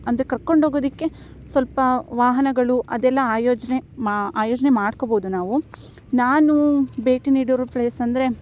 ಅಂದರೆ ಕರ್ಕೊಂಡೋಗೋದಕ್ಕೆ ಸ್ವಲ್ಪ ವಾಹನಗಳು ಅದೆಲ್ಲ ಆಯೋಜನೆ ಮಾ ಆಯೋಜನೆ ಮಾಡ್ಕೊಬೋದು ನಾವು ನಾನು ಭೇಟಿ ನೀಡಿರೋ ಪ್ಲೇಸ್ ಅಂದರೆ